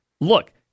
Look